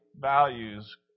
values